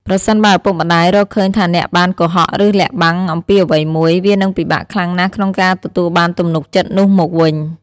ប្រសិនបើឪពុកម្ដាយរកឃើញថាអ្នកបាន កុហក ឬលាក់បាំង អំពីអ្វីមួយ វានឹងពិបាកខ្លាំងណាស់ក្នុងការទទួលបានទំនុកចិត្តនោះមកវិញ។